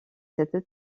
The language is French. cette